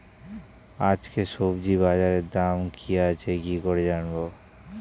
আজকে সবজি বাজারে দাম কি আছে কি করে জানবো?